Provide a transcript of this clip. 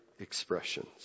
expressions